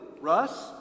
Russ